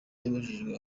yabujije